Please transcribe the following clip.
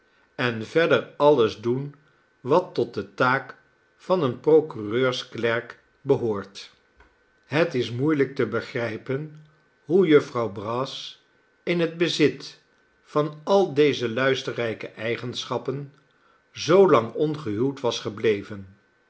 en verder alles doen wat tot de taak van een procureursklerk behoort het is moeielijk te begrijpen hoe jufvrouw brass in het bezit van al deze luisterrijke eigenschappen zoolang ongehuwd was gebleven